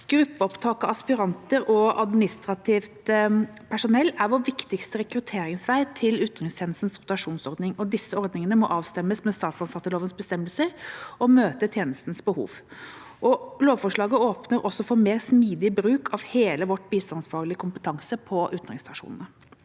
Gruppeopptaket av aspiranter og administrativt personell er vår viktigste rekrutteringsvei til utenrikstjenestens rotasjonsordning, og disse ordningene må avstemmes med statsansattelovens bestemmelser og møte tjenestens behov. Lovforslaget åpner også for mer smidig bruk av hele vår bistandsfaglige kompetanse på utenriksstasjonene.